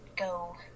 go